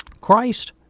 Christ